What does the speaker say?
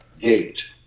gate